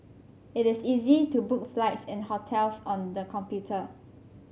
it is easy to book flights and hotels on the computer